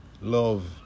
love